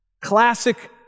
classic